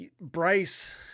Bryce –